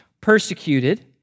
persecuted